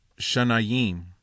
Shanayim